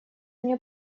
мне